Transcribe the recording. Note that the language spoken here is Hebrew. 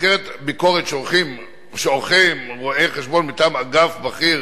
במסגרת ביקורת שעורכים רואי-חשבון מטעם אגף בכיר